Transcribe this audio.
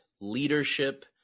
leadership